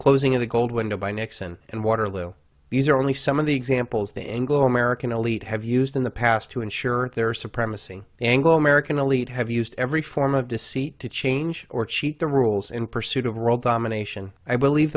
closing of the gold window by nixon and waterloo these are only some of the examples the anglo american elite have used in the past to ensure their supremacy anglo american elite have used every form of deceit to change or cheat the rules in pursuit of world domination i believe